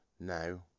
Now